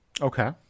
Okay